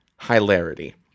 hilarity